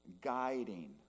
guiding